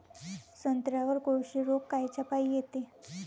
संत्र्यावर कोळशी रोग कायच्यापाई येते?